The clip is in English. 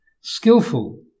Skillful